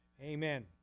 amen